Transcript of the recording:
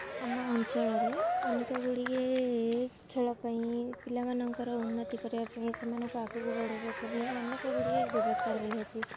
ଆମ ଅଞ୍ଚଳରେ ଅନେକ ଗୁଡ଼ିଏ ଖେଳ ପାଇଁ ପିଲାମାନଙ୍କର ଉନ୍ନତି କରିବା ପାଇଁ ସେମାନଙ୍କୁ ଆଗକୁ ବଢ଼ାଇବା ପାଇଁ ଅନେକ ଗୁଡ଼ିଏ ବ୍ୟବସ୍ଥା ରହିଅଛି